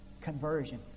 conversion